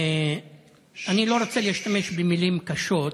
אני לא רוצה להשתמש במילים קשות,